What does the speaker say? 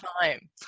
time